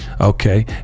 okay